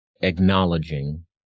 acknowledging